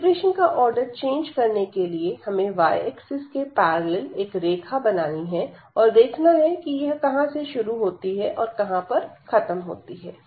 integration का order change करने के लिए हमें y एक्सिस के पैरेलल एक रेखा बनानी है और देखना है कि यह कहां से शुरू होती है और कहां खत्म होती है